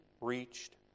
reached